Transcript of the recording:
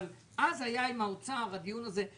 אבל אז היה עם האוצר הדיון הזה.